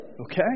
okay